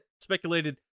speculated